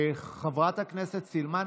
חברת הכנסת סילמן,